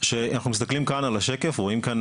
שאנחנו מסתכלים כאן על השקף ורואים כאן